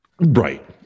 Right